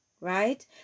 right